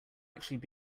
actually